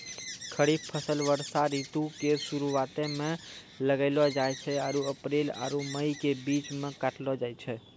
खरीफ फसल वर्षा ऋतु के शुरुआते मे लगैलो जाय छै आरु अप्रैल आरु मई के बीच मे काटलो जाय छै